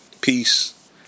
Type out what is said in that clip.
Peace